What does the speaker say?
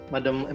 Madam